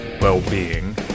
well-being